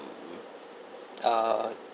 uh